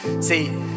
see